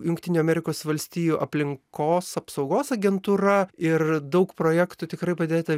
jungtinių amerikos valstijų aplinkos apsaugos agentūra ir daug projektų tikrai padėta